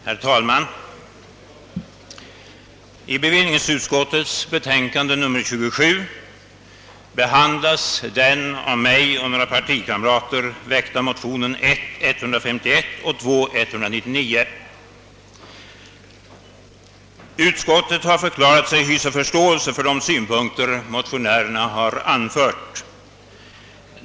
Herr talman! I bevillningsutskottets betänkande nr 17 behandlas de av mig och några partikamrater väckta motionerna nr I: 151 och II: 199. Utskottet har förklarat sig hysa förståelse för de synpunkter motionärerna har anfört.